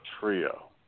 Trio